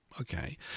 Okay